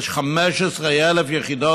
יש 15,000 יחידות,